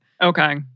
Okay